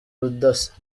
ubudasa